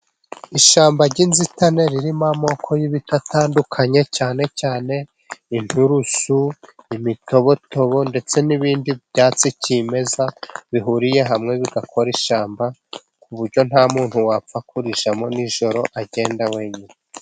Ishyamba ry'inzitane ririmo amoko y'ibiti bitandukanye cyane cyane inturusu, imitobotobo ndetse n'ibindi byatsi kimeza, bihuriye hamwe bigakora ishyamba, ku buryo nta muntu wapfa kurijyamo nijoro agenda wenyine.